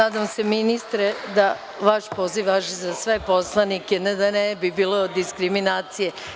Nadam se ministre da vaš poziv važi za sve poslanike, da ne bi bilo diskriminacije.